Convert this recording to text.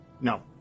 No